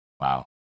Wow